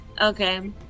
okay